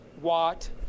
Watt